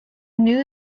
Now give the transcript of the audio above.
knew